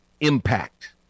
impact